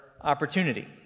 opportunity